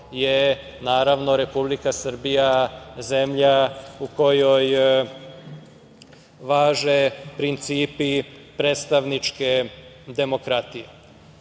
je Republika Srbija zemlja u kojoj važe principi predstavničke demokratije. Što